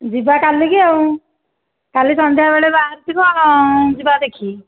ଯିବା କାଲିକି ଆଉ କାଲି ସନ୍ଧ୍ୟା ବେଳେ ବାହାରିଥିବ ଯିବା ଦେଖି